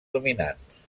dominants